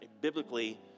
biblically